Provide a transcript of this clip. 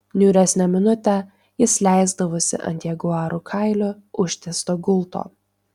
niūresnę minutę jis leisdavosi ant jaguarų kailiu užtiesto gulto